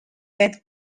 bat